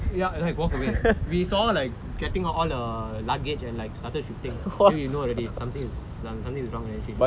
ya like walk away we saw like getting all the luggage and like started shifting then we know already something is something is wrong already she just